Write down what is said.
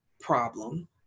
problem